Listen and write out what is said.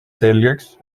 selgeks